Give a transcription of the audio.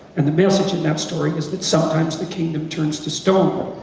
and the message in that story is that sometimes the kingdom turns to stone,